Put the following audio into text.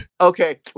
okay